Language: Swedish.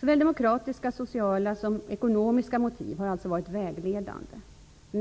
Såväl demokratiska och sociala som ekonomiska motiv har alltså varit vägledande.